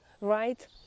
right